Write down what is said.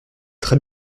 très